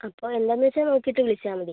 അപ്പം എന്താന്ന് വെച്ചാൽ നോക്കീട്ട് വിളിച്ചാൽ മതി